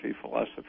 philosophy